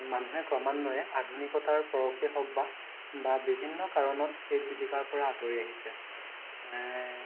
মানুহে ক্ৰমান্বয়ে আধুনিকতাৰ পৰশেই হওক বা বা বিভিন্ন কাৰণত এই জীৱিকাৰ পৰা আঁতৰি আহিছে